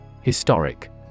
Historic